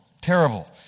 Terrible